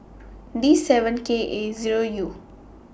D seven K A Zero U